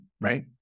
right